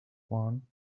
one